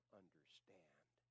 understand